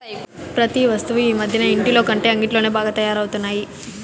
ప్రతి వస్తువు ఈ మధ్యన ఇంటిలోకంటే అంగిట్లోనే బాగా తయారవుతున్నాయి